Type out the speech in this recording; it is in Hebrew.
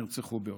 שנרצחו באושוויץ.